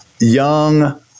young